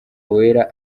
wera